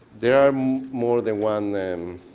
there are um more than one